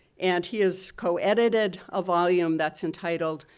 and he has co-edited a volume that's entitled,